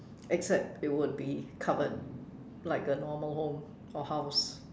except it would be covered like a normal home or house